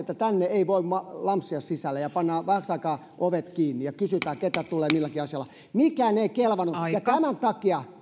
että tänne ei voi lampsia sisälle ja pannaan vähäksi aikaa ovet kiinni ja kysytään keitä tulee milläkin asialla mikään ei kelvannut ja tämän takia